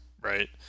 right